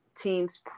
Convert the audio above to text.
teams